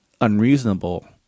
unreasonable